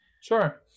Sure